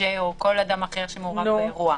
התקליטן או כל אדם אחר שמעורב באירוע.